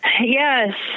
Yes